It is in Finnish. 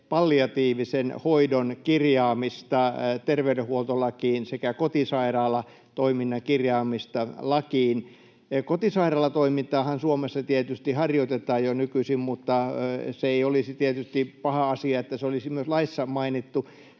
palliatiivisen hoidon kirjaamista terveydenhuoltolakiin sekä kotisairaalatoiminnan kirjaamista lakiin. Kotisairaalatoimintaahan Suomessa tietysti harjoitetaan jo nykyisin, mutta se ei olisi tietysti paha asia, että se olisi myös laissa mainittu.